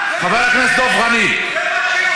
לא, אבל, יש גבול.